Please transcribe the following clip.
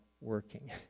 working